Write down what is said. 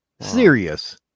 Serious